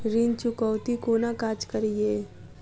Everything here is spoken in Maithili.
ऋण चुकौती कोना काज करे ये?